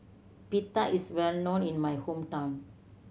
pita is well known in my hometown